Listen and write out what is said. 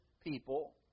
people